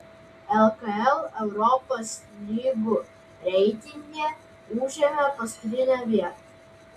lkl europos lygų reitinge užėmė paskutinę vietą